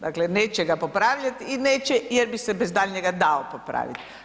Dakle neće ga popravljat i neće jer bi se bez daljnjega dao popravit.